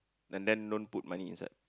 and then don't put money inside